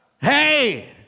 Hey